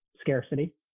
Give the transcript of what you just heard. scarcity